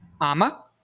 ama